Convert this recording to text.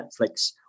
Netflix